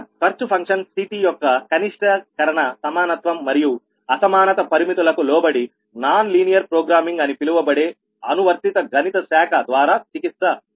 ఖర్చు function CT యొక్క కనిష్టీకరణ సమానత్వం మరియు అసమానత పరిమితులకు లోబడి నాన్ లీనియర్ ప్రోగ్రామింగ్ అని పిలువబడే అనువర్తిత గణిత శాఖ ద్వారా చికిత్స పొందుతుంది